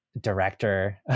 director